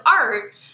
art